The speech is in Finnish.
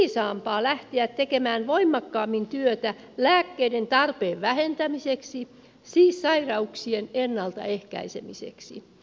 eikö olisi viisaampaa lähteä tekemään voimakkaammin työtä lääkkeiden tarpeen vähentämiseksi siis sairauksien ennaltaehkäisemiseksi